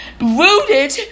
rooted